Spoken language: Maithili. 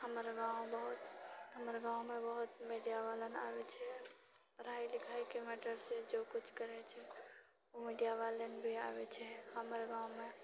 हमर गाँव बहुत हमर गाँवमे बहुत मीडियावाला आबैत छै पढ़ाइ लिखाइके मैटरसँ जो कुछ करैत छै मीडियावाला भी आबैत छै हमर गाँवमे